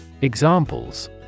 Examples